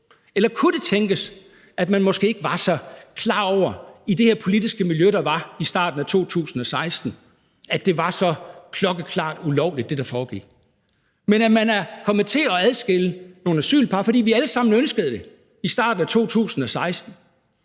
Eller kunne det tænkes, at man måske ikke var så klar over i det her politiske miljø, der var, i starten af 2016, at det, der foregik, var så klokkeklart ulovligt, men at man er kommet til at adskille nogle asylpar, fordi vi alle sammen ønskede det i starten af 2016,